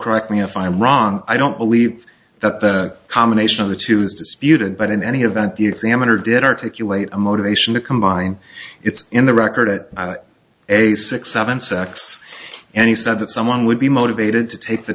correct me if i'm wrong i don't believe that the combination of the tos disputed but in any event the examiner did articulate a motivation to combine it's in the record at a six seven secs and he said that someone would be motivated to take the